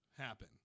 happen